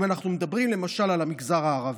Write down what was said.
אם אנחנו מדברים למשל על המגזר הערבי.